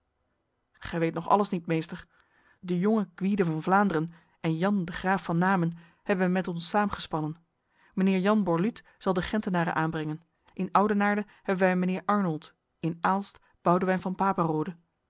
gij weet nog alles niet meester de jonge gwyde van vlaanderen en jan de graaf van namen hebben met ons saamgespannen mijnheer jan borluut zal de gentenaren aanbrengen in oudenaarde hebben wij mijnheer arnold in aalst boudewyn van